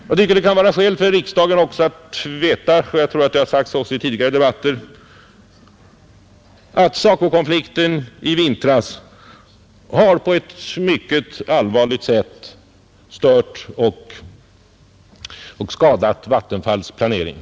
Jag tycker att det kan finnas skäl att riksdagens ledamöter får veta — jag tror att det har sagts också i tidigare debatter — att SACO-konflikten i vintras på ett mycket allvarligt sätt har stört och skadat Vattenfalls planering.